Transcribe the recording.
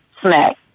snack